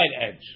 edge